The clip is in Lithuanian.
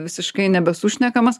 visiškai nebesušnekamas